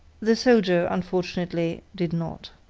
the soldier, unfortunately, did not.